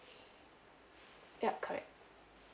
ya correct